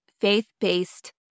faith-based